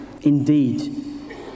Indeed